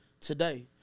today